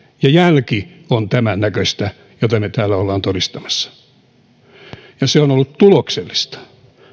ja jälki on tämän näköistä jota me olemme täällä todistamassa kuitenkin se on ollut tuloksellista